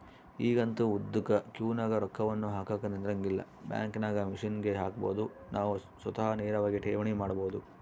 ಈಗಂತೂ ಉದ್ದುಕ ಕ್ಯೂನಗ ರೊಕ್ಕವನ್ನು ಹಾಕಕ ನಿಂದ್ರಂಗಿಲ್ಲ, ಬ್ಯಾಂಕಿನಾಗ ಮಿಷನ್ಗೆ ಹಾಕಬೊದು ನಾವು ಸ್ವತಃ ನೇರವಾಗಿ ಠೇವಣಿ ಮಾಡಬೊದು